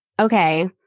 okay